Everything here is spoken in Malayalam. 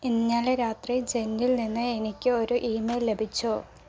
ഇന്നലെ രാത്രി ജെന്നിൽ നിന്ന് എനിക്ക് ഒരു ഇമെയിൽ ലഭിച്ചോ